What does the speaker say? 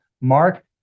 Mark